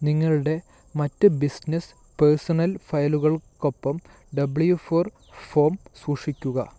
നിങ്ങളുടെ മറ്റ് business personal ഫയലുകൾക്കൊപ്പം ഡബ്ലിയൂ ഫോർ ഫോമ് സൂക്ഷിക്കുക